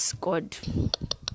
God